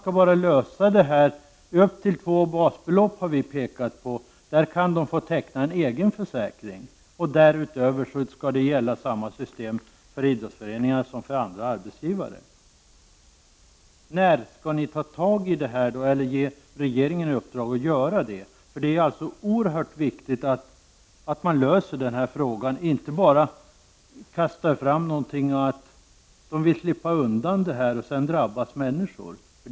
Vi har pekat på att idrottsmännen kan få teckna en egen försäkring när det gäller ersättningar upp till två basbelopp. Därutöver skall samma system gälla för idrottsföreningarna som för andra arbetsgivare. När skall ni ta tag i detta, eller ge regeringen i uppdrag att göra det? Det är oerhört viktigt att man löser denna fråga och inte bara kastar fram uttalanden om att idrottsföreningarna vill slippa undan ansvaret och att människor drabbas av det.